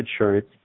insurance